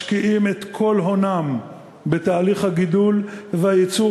משקיעים את כל הונם בתהליך הגידול והייצור